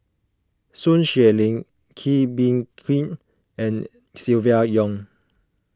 Sun Xueling Kee Bee Khim and Silvia Yong